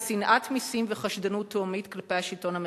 שנאת מסים וחשדנות תהומית כלפי השלטון המרכזי.